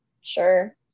Sure